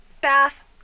Bath